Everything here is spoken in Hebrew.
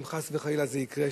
אם חס וחלילה זה יקרה,